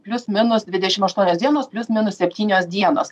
plius minus dvidešim aštuonios dienos plius minus septynios dienos